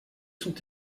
sont